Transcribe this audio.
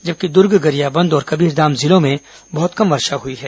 जबकि दुर्ग गरियाबंद और कबीरधाम जिलों में बहुत कम वर्षा हुई है